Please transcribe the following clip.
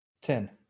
Ten